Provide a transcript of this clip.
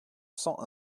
cent